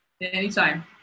anytime